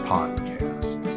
Podcast